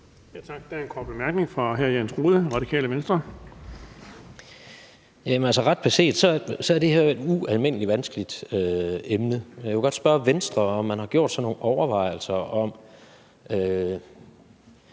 Der er en kort bemærkning fra hr. Jens Rohde, Radikale Venstre.